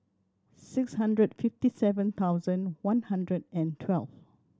six hundred fifty seven thousand one hundred and twelve